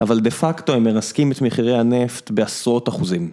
אבל דה פקטו הם מרסקים את מחירי הנפט בעשרות אחוזים.